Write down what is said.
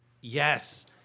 Yes